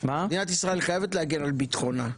מדינת ישראל חייבת להגן על ביטחונה.